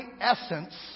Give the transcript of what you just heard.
essence